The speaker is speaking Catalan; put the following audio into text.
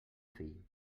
fill